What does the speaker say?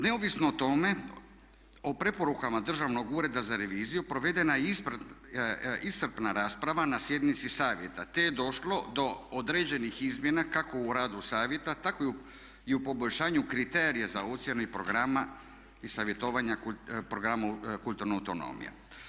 Neovisno o tome, o preporukama Državnog ureda za reviziju provedena je iscrpna rasprava na sjednici Savjeta, te je došlo do određenih izmjena kako u radu Savjeta tako i u poboljšanju kriterija za ocjenu programa i savjetovanja programa kulturne autonomije.